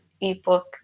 ebook